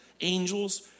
angels